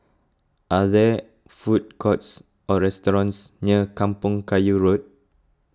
are there food courts or restaurants near Kampong Kayu Road